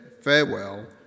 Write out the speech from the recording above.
farewell